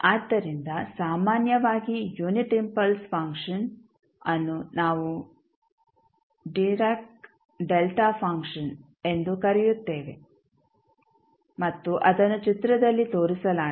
ಆದ್ದರಿಂದ ಸಾಮಾನ್ಯವಾಗಿ unit impulse ಫಂಕ್ಷನ್ಅನ್ನು ನಾವು ಡಿರಾಕ್ ಡೆಲ್ಟಾ ಫಂಕ್ಷನ್ ಎಂದೂ ಕರೆಯುತ್ತೇವೆ ಮತ್ತು ಅದನ್ನು ಚಿತ್ರದಲ್ಲಿ ತೋರಿಸಲಾಗಿದೆ